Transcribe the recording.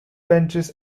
benches